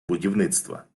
будівництва